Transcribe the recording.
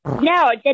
No